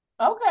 Okay